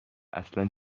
اصلا